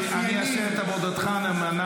חבר הכנסת לוי, אני אעשה את עבודתך נאמנה.